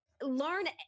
learn